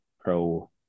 pro